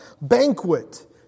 banquet